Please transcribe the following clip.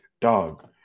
dog